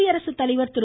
குடியரசு தலைவர் திரு